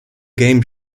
game